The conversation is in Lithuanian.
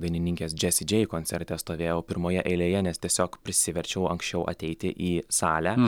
dainininkės džesi džei koncerte stovėjau pirmoje eilėje nes tiesiog prisiverčiau anksčiau ateiti į salę